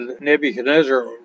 Nebuchadnezzar